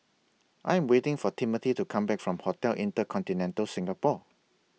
I Am waiting For Timmothy to Come Back from Hotel InterContinental Singapore